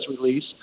release